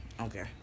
okay